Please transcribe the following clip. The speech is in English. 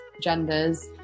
genders